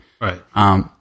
Right